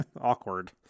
awkward